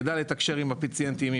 יידע לתקשר עם הפציינטים,